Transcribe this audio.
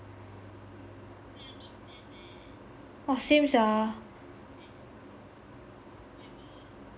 !wah! same sia